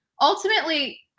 ultimately